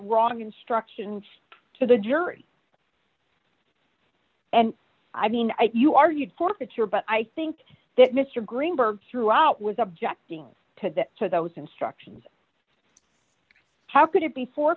wrong instructions to the jury and i mean you argued court that your but i think that mr greenberg throughout was objecting to that so those instructions how could it be for